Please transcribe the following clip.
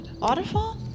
Waterfall